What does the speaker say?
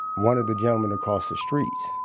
one of the gentlemen across the street.